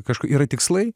kažkur yra tikslai